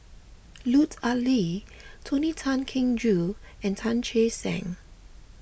Lut Ali Tony Tan Keng Joo and Tan Che Sang